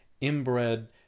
inbred